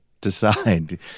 decide